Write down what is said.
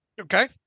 Okay